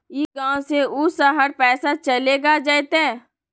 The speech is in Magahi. ई गांव से ऊ शहर पैसा चलेगा जयते?